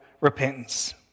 repentance